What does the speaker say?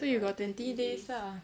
so you got twenty days ah